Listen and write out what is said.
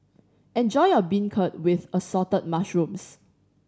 enjoy your beancurd with Assorted Mushrooms